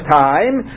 time